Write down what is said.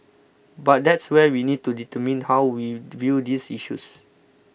but that's where we need to determine how we view these issues